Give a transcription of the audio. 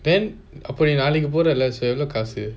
then அப்பொ நீ நளைக்கு பொரல எவ்லொ காசு:appo nee nalaiki porala evlo kaasu